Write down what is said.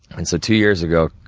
and so, two years ago,